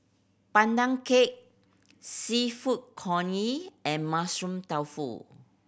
Pandan Cake Seafood Congee and Mushroom Tofu